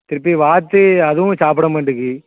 திருப்பி வாத்து அதுவும் சாப்பிட மாட்டேங்கு